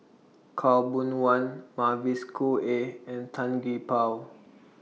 Khaw Boon Wan Mavis Khoo Oei and Tan Gee Paw